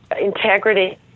integrity